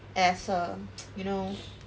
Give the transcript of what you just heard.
as a you know